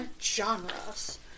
genres